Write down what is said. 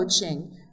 coaching